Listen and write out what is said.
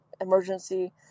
emergency